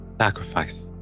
sacrifice